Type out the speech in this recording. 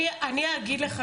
אני אגיד לך,